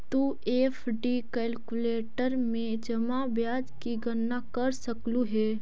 तु FD calculator में जमा ब्याज की गणना कर सकलू हे